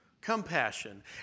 compassion